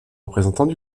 représentants